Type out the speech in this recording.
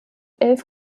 elf